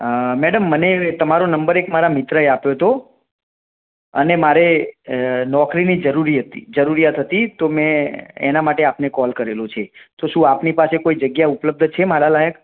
madam મને તમારો number એક મારા મિત્રએ આપ્યો હતો અને મારે નોકરીની જરૂરી હતી જરુરિયાત હતી તો મેં એના માટે આપને કોલ કરેલો છે તો શું આપની પાસે કોઈ જગ્યા ઉપલબ્ધ છે મારા લાયક